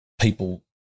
people